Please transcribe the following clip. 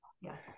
yes